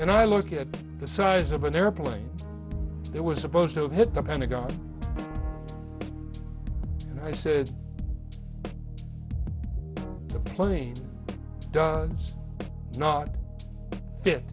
and i look at the size of an airplane there was supposed to hit the pentagon and i said the plane does not fit